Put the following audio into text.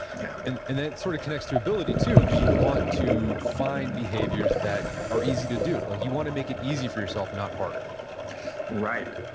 yeah and and that sort of connects to ability, because you want to find behaviors that are easy to do. like you want to make it easy for yourself, not harder right.